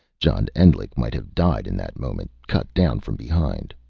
john endlich might have died in that moment, cut down from behind.